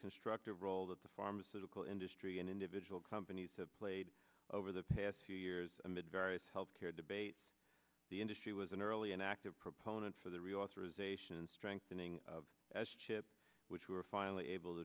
constructive role that the pharmaceutical industry and individual companies have played over the past few years amid various health care debates the industry was an early and active proponent for the reauthorization and strengthening of s chip which we were finally able to